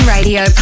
Radio